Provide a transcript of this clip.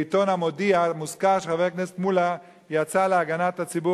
בעיתון "המודיע" מוזכר שחבר הכנסת מולה יצא להגנת הציבור